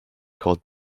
called